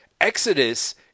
Exodus